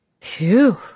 Phew